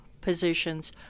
positions